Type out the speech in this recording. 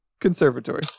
Conservatory